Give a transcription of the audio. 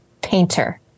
painter